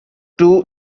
two